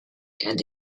and